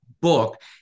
book